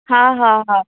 हा हा हा